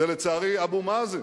זה לצערי אבו מאזן,